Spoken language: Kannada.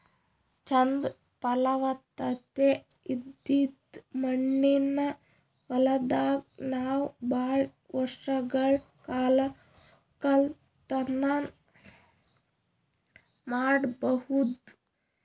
ಚಂದ್ ಫಲವತ್ತತೆ ಇದ್ದಿದ್ ಮಣ್ಣಿನ ಹೊಲದಾಗ್ ನಾವ್ ಭಾಳ್ ವರ್ಷಗಳ್ ಕಾಲ ವಕ್ಕಲತನ್ ಮಾಡಬಹುದ್